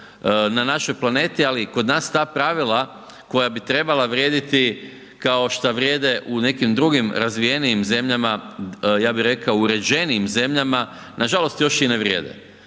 na našoj planeti, ali kod nas ta pravila koja bi trebala vrijediti kao šta vrijede u nekim drugim razvijenijim zemljama, ja bih rekao uređenijim zemljama, nažalost još i ne vrijede.